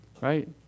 right